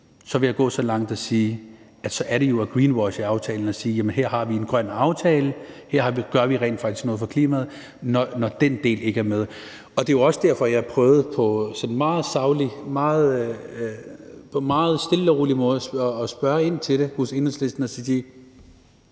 så vil jeg gå så langt som til at sige, at så er det jo at greenwashe aftalen at sige, at her har vi en grøn aftale, at her gør vi rent faktisk noget for klimaet, altså når den del ikke er med. Det er jo også derfor, jeg prøvede på sådan en meget saglig, på en meget stille og rolig måde at spørge ind til det hos Enhedslisten: